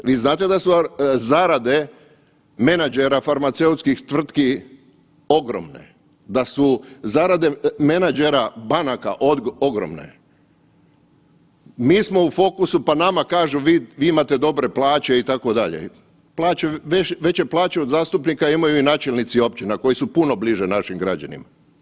Vi znate da su zarade menadžera farmaceutskih tvrtki ogromne, da su zarade menadžera banaka ogromne, mi smo u fokusu pa nama kažu vi imate dobre plaće itd., veće plaće od zastupnika imaju i načelnici općina koji su puno bliže našim građanima.